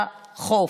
לחוף.